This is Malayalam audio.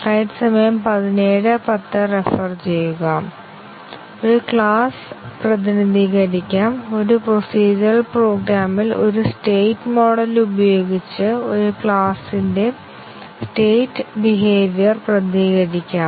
ഒരു ക്ലാസ് പ്രതിനിധീകരിക്കാം ഒരു പ്രൊസീജ്യറൽ പ്രോഗ്രാമിൽ ഒരു സ്റ്റേറ്റ് മോഡൽ ഉപയോഗിച്ച് ഒരു ക്ലാസിന്റെ സ്റ്റേറ്റ് ബിഹേവിയർ പ്രതിനിധീകരിക്കാം